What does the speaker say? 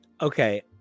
okay